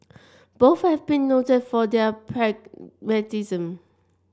both have been noted for their pragmatism